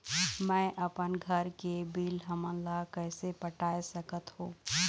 मैं अपन घर के बिल हमन ला कैसे पटाए सकत हो?